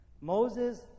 Moses